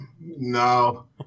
no